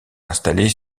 installé